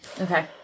Okay